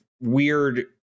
weird